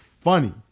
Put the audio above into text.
funny